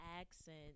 accent